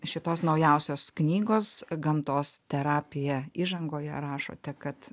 šitos naujausios knygos gamtos terapija įžangoje rašote kad